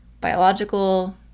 biological